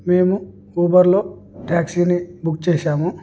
మేము ఊబర్లో ట్యాక్సీని బుక్ చేసాము